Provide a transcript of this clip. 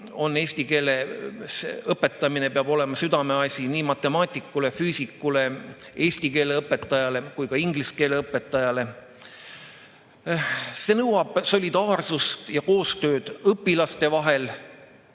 eesti keele õpetamine peab olema südameasi nii matemaatikule, füüsikule, eesti keele õpetajale kui ka inglise keele õpetajale. See nõuab solidaarsust ja koostööd õpilaste vahel. Ma